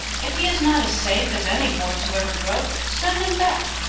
if he is not as safe as any horse you ever drove send him back.